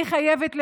אני חייבת להגיד,